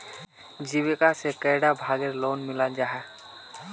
जीविका से कैडा भागेर लोन मिलोहो जाहा?